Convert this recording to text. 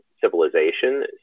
civilization